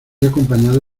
acompañado